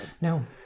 No